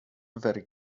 very